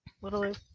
Little